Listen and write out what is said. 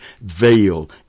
veil